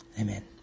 Amen